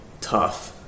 tough